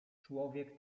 człowiek